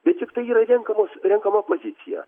bet juk tai yra renkamos renkama pozicija